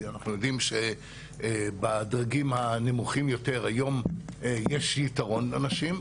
כי אנחנו יודעים שבדרגים הנמוכים יותר היום יש יתרון לנשים,